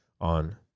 on